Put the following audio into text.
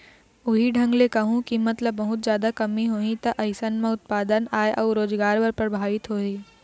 उहीं ढंग ले कहूँ कीमत म बहुते जादा कमी होही ता अइसन म उत्पादन, आय अउ रोजगार ह परभाबित होही